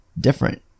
different